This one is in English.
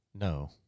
No